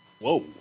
Whoa